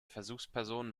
versuchspersonen